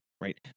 right